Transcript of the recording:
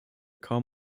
kaum